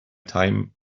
time